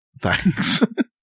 thanks